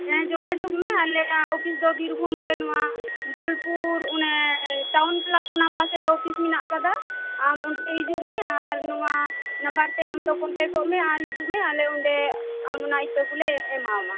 ᱦᱮᱸ ᱡᱳᱜᱟᱡᱳᱜ ᱢᱮ ᱟᱞᱮᱭᱟᱜ ᱚᱯᱷᱤᱥ ᱫᱚ ᱵᱤᱨᱵᱷᱩᱢᱨᱮ ᱱᱚᱣᱟ ᱵᱳᱞᱯᱩᱨ ᱚᱱᱮ ᱴᱟᱣᱩᱱ ᱠᱞᱟᱵᱽ ᱚᱱᱟ ᱯᱟᱥᱮᱨᱮ ᱚᱯᱷᱤᱥ ᱢᱮᱱᱟᱜᱼᱟ ᱠᱟᱫᱟ ᱟᱢ ᱚᱱᱛᱮ ᱦᱤᱡᱩᱜ ᱢᱮ ᱟᱨ ᱱᱚᱣᱟ ᱱᱟᱢᱵᱟᱨᱛᱮ ᱟᱢ ᱫᱚ ᱠᱚᱱᱴᱮᱠᱴ ᱚᱜ ᱢᱮ ᱟᱞᱮ ᱚᱱᱰᱮ ᱟᱢ ᱚᱱᱟ ᱤᱛᱟᱹ ᱠᱚᱞᱮ ᱮᱢᱟᱢᱟ